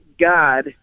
God